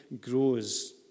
grows